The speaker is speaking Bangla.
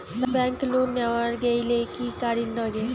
ব্যাংক লোন নেওয়ার গেইলে কি করীর নাগে?